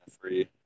free